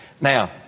Now